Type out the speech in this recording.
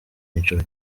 inshuro